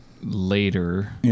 later